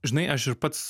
žinai aš ir pats